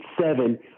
seven